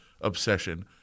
obsession